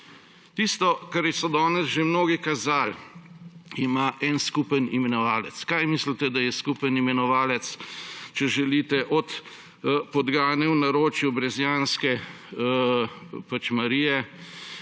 Tisto, kar so danes že mnogi kazali, ima en skupni imenovalec. Kaj mislite, da je skupni imenovalec, če želite, podgane v naročju brezjanske Marije,